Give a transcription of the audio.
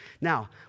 Now